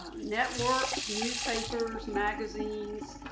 networks, newspapers, magazines.